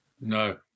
No